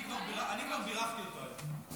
אני כבר בירכתי אותו היום.